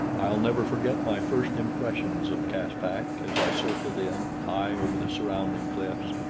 i'll never forget my first impressions of caspak as i circled in, high over the surrounding cliffs.